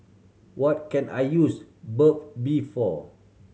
what can I use Burt Bee for